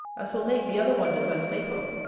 as will make the other wonders i spake of,